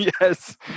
yes